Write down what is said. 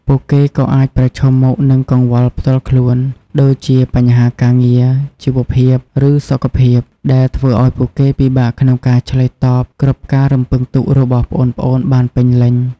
ពួកគេក៏អាចប្រឈមមុខនឹងកង្វល់ផ្ទាល់ខ្លួន ដូចជាបញ្ហាការងារ ជីវភាព ឬសុខភាព ដែលធ្វើឱ្យពួកគេពិបាកក្នុងការឆ្លើយតបគ្រប់ការរំពឹងទុករបស់ប្អូនៗបានពេញលេញ។